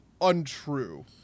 untrue